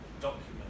document